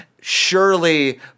Surely